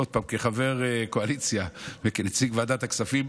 כחבר קואליציה וכנציג ועדת הכספים,